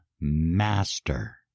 master